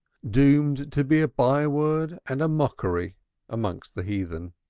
doomed to be a byword and a mockery amongst the heathen.